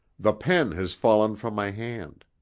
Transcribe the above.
the pen has fallen from my hand.